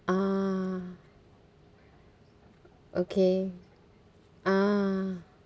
ah okay ah